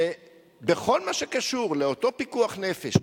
שבכל מה שקשור לאותו פיקוח נפש,